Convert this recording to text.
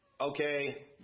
okay